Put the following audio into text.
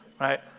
Right